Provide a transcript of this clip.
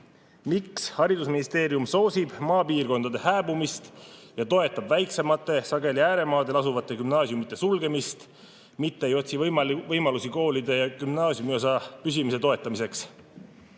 Miks haridusministeerium soosib maapiirkondade hääbumist ja toetab väiksemate, sageli ääremaadel asuvate gümnaasiumide sulgemist, mitte ei otsi võimalusi koolide gümnaasiumiosa püsimise toetamiseks?